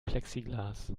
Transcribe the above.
plexiglas